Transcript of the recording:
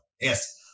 Yes